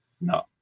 No